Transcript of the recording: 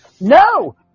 No